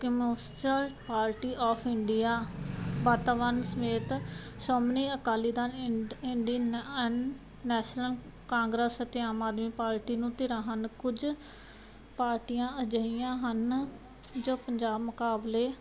party of India ਵਾਤਾਵਰਨ ਸਮੇਤ Shiromani Akali Dal Indian National Congress ਅਤੇ ਆਮ ਆਦਮੀ ਪਾਰਟੀ ਨੂੰ ਧਿਰਾਂ ਹਨ ਕੁਝ ਪਾਰਟੀਆਂ ਅਜਿਹੀਆਂ ਹਨ ਜੋ ਪੰਜਾਬ ਮੁਕਾਬਲੇ